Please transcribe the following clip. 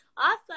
Awesome